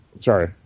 Sorry